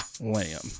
Lamb